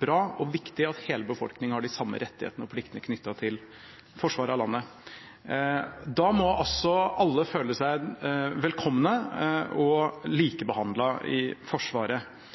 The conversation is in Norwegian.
bra og viktig at hele befolkningen har de samme rettighetene og pliktene knyttet til forsvar av landet. Da må også alle føle seg velkomne og likebehandlet i Forsvaret.